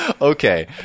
Okay